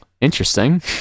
Interesting